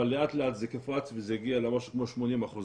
אבל לאט לאט זה קפץ וזה הגיע למשהו כמו 80%,